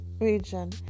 region